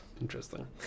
Interesting